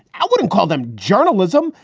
i wouldn't call them journalism,